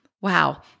wow